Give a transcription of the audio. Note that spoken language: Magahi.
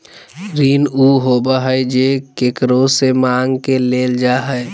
ऋण उ होबा हइ जे केकरो से माँग के लेल जा हइ